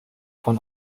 von